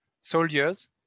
soldiers